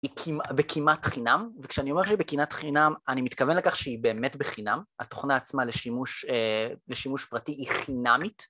היא בכמעט חינם, וכשאני אומר שהיא בכמעט חינם אני מתכוון לכך שהיא באמת בחינם - התוכנה עצמה לשימוש פרטי היא חינמית